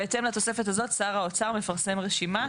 בהתאם לתוספת הזאת שר האוצר מפרסם רשימה.